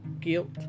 guilt